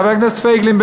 חבר הכנסת פייגלין,